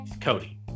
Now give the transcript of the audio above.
Cody